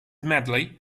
medley